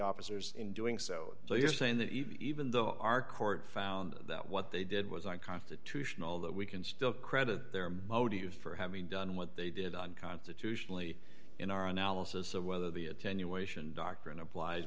officers in doing so so you're saying that even though our court found that what they did was unconstitutional that we can still credit their motives for having done what they did on constitutionally in our analysis of whether the attenuation doctrine applies